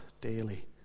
daily